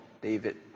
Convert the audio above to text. David